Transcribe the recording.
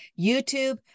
YouTube